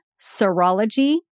serology